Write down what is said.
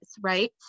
right